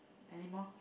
anymore